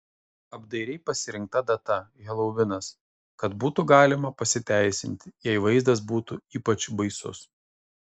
apdairiai pasirinkta data helovinas kad būtų galima pasiteisinti jei vaizdas būtų ypač baisus